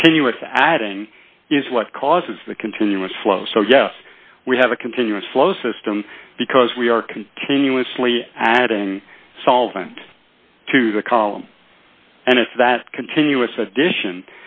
continuous adding is what causes the continuous flow so yes we have a continuous flow system because we are continuously adding solvent to the column and if that continuous addition